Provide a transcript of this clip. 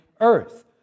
earth